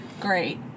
great